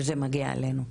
וזה מגיע אלינו.